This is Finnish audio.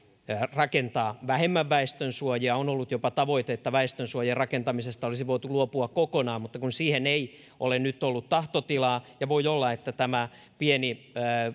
rakentaa vähemmän väestönsuojia on ollut jopa tavoite että väestönsuojien rakentamisesta olisi voitu luopua kokonaan mutta kun siihen ei ole nyt ollut tahtotilaa ja voi olla että tämä pieni